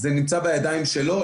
זה נצמא בידיים שלו.